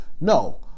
No